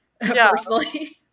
personally